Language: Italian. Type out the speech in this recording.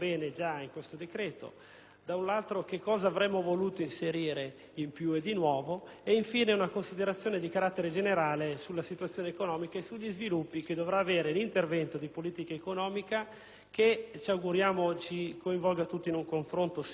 dall'altro, quanto avremmo voluto inserire in più e di nuovo e, infine, una considerazione di carattere generale sulla situazione economica e sugli sviluppi che dovrà avere l'intervento di politica economica, che ci auguriamo ci coinvolga tutti in un confronto sereno e costruttivo.